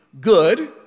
good